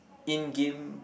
in game